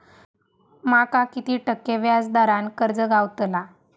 माका किती टक्के व्याज दरान कर्ज गावतला?